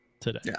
today